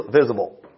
visible